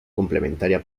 complementaria